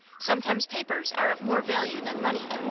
sometimes papers are of more value than money.